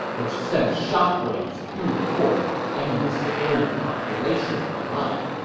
which sent shockwaves through the court and the civilian population alike